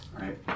right